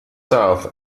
south